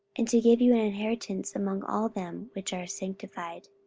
and to give you an inheritance among all them which are sanctified.